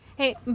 Hey